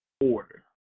order